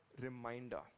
reminder